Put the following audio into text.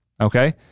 okay